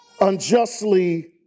unjustly